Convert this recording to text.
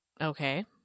okay